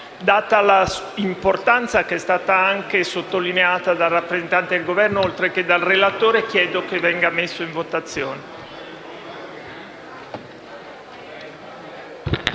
sua importanza, che è stata anche sottolineata dal rappresentante del Governo, oltre che dal relatore, chiedo che esso venga posto in votazione.